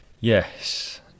Yes